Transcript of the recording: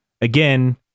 again